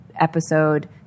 episode